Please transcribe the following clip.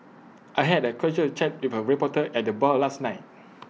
I had A casual chat with A reporter at the bar last night